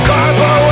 Carbo